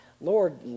Lord